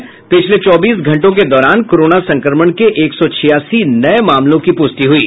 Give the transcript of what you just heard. इधर पिछले चौबीस घंटों के दौरान कोरोना संक्रमण के एक सौ छियासी नये मामलों की प्रष्टि हुयी